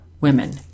women